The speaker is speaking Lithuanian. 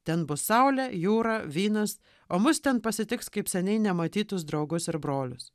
ten bus saulė jūra vynas o mus ten pasitiks kaip seniai nematytus draugus ir brolius